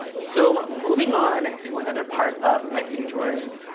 so moving on to another part of my beauty drawers.